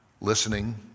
listening